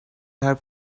have